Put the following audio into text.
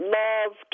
love